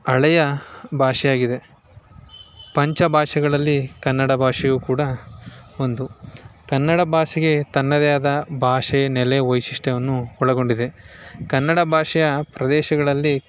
ಹಳೆಯ ಭಾಷೆಯಾಗಿದೆ ಪಂಚ ಭಾಷೆಗಳಲ್ಲಿ ಕನ್ನಡ ಭಾಷೆಯು ಕೂಡ ಒಂದು ಕನ್ನಡ ಭಾಷೆಗೆ ತನ್ನದೇ ಆದ ಭಾಷೆ ನೆಲೆ ವೈಶಿಷ್ಟ್ಯವನ್ನು ಒಳಗೊಂಡಿದೆ ಕನ್ನಡ ಭಾಷೆಯ ಪ್ರದೇಶಗಳಲ್ಲಿ